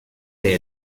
they